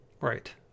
right